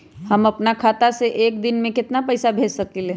हम अपना खाता से एक दिन में केतना पैसा भेज सकेली?